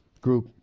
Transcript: group